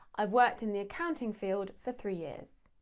i've worked in the accounting field for three years.